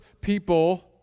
people